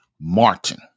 martin